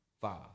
Five